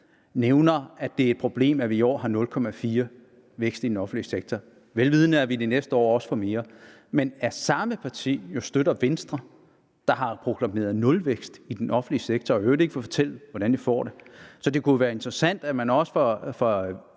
nævner, at det er et problem, at vi i år har en vækst på 0,4 pct. i den offentlige sektor, vel vidende at vi i de næste år også får en større vækst, når samme parti støtter Venstre, der har proklameret nulvækst i den offentlige sektor og i øvrigt ikke vil fortælle, hvordan vi får det. Så det kunne jo være interessant, hvis Dansk